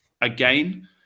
again